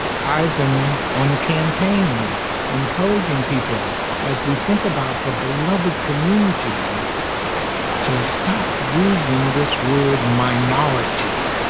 i've been on a campaign encouraging people as we think about the beloved community to stop using this word minority,